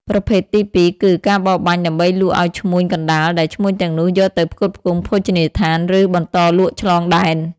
ប្រភេទទីពីរគឺ ការបរបាញ់ដើម្បីលក់ឱ្យឈ្មួញកណ្តាល ដែលឈ្មួញទាំងនោះយកទៅផ្គត់ផ្គង់ភោជនីយដ្ឋាន ឬបន្តលក់ឆ្លងដែន។